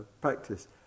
practice